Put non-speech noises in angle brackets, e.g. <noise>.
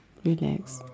relax <noise>